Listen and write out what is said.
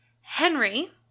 Henry